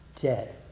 dead